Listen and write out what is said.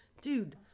Dude